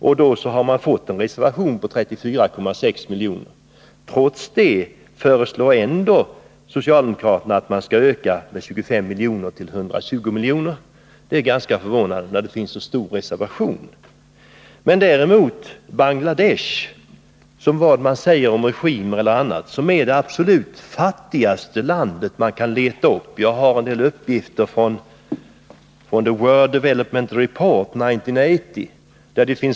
Trots att denna reservation finns har socialdemokraterna föreslagit att man skall öka biståndet med 25 milj.kr. till 120 milj.kr. Detta är ganska förvånande när det finns en så stor reservation. Däremot är Bangladesh — oavsett vilken uppfattning man har om regimer och sådant — det absolut fattigaste land man kan leta upp. Jag har uppgifter från The World Development Report 1980.